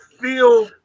feel